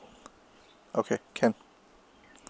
okay can